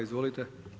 Izvolite.